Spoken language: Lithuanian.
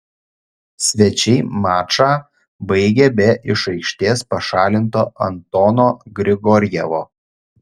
svečiai mačą baigė be iš aikštės pašalinto antono grigorjevo